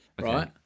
Right